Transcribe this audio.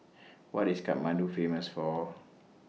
What IS Kathmandu Famous For